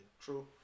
True